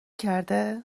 کرده